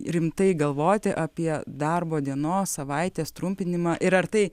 rimtai galvoti apie darbo dienos savaitės trumpinimą ir ar tai